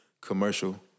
commercial